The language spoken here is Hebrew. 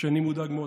שאני מודאג מאוד,